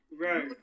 Right